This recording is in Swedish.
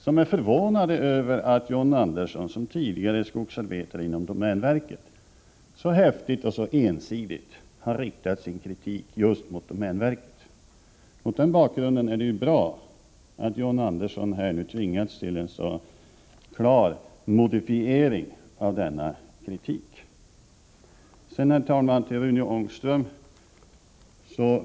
De är förvånade över att John Andersson, som tidigare var skogsarbetare inom domänverket, så häftigt och så ensidigt har riktat sin kritik just mot domänverket. Mot den bakgrunden är det bra att John Andersson tvingats till en så klar modifiering av denna kritik. Jag vill sedan, herr talman, vända mig till Rune Ångström.